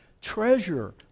treasure